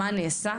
מה נעשה?